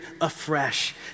afresh